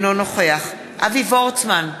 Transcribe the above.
אינו נוכח אבי וורצמן,